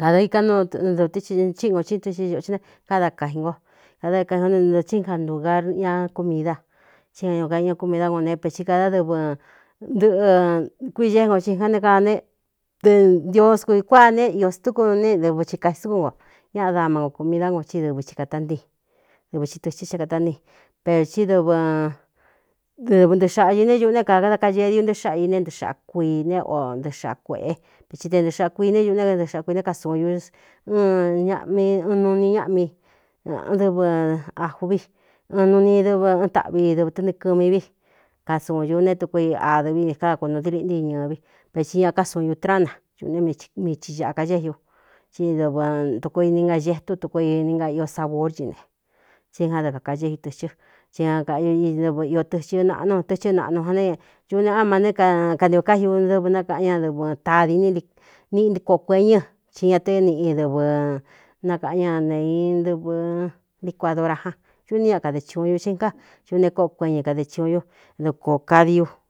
kāda iká nudɨvɨ tɨ ɨchíꞌi ngo in tɨxɨ ñōꞌ chɨ ne káda kai ngo kada dé kaingó né tɨɨ tsɨ ngaꞌntūgar ña kumida tí ña ñū kai ña kúmidá go ne peti kāda dɨvɨ ntɨꞌɨkui ée ngo i jan ne aane dɨ ntios kui kuáa ne iō stúku ne dɨvɨ chi kaisɨkún no ñáꞌa dama nko kūmi dá ngo ti dɨvɨ i kāta ntíi dɨvɨ thi tɨxhɨ xá kātá ntíi per tí dɨɨɨvɨ ntɨꞌɨxāꞌa ñɨ ne ñuꞌu né kākada kañee di ú ntɨɨ́ xáꞌa i ne ntɨxaꞌa kui ne oo ntɨɨxaꞌa kuēꞌe peti te ntɨxꞌa kuiī ne ñꞌu né ntɨx kuiné ka sun ñu n ñaꞌmi n nuu ni ñáꞌmi dɨvɨ aju vi n nuu ni dɨvɨ ɨn taꞌvi i dɨvɨ̄ tɨnɨɨkɨmi vi kasuun ñu ne tuku i adɨvi nī káda kunū dí liꞌntii ñɨɨ vi veti ña ká suun ñu trána ñuꞌ né mii chi āꞌakacé ú tí dɨvɨ tuku ini ngagetú tuku ini nga iō saborcine tsí já dɨ kākañé u tɨchɨ tsí kaꞌñu i dɨvɨ iō tɨchɨ naꞌnu tɨchɨ́ naꞌnu jan ne ñuꞌ neꞌá ma né kani ō káji n dɨvɨ nákaꞌan ñadɨvɨ tadi n niꞌi ntkoꞌo kueñɨ ci ña té niꞌi dɨvɨ nakaꞌan ña nēī ndɨvɨ licuadora ján ñuꞌ ní ña kade chiuun ñu ci gá ñuꞌ ne kóꞌo kueñɨ kade chiuun ñú doko kadiu.